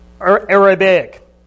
Arabic